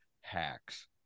hacks